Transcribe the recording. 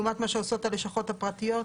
לעומת מה שעושות הלשכות הפרטיות,